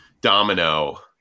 domino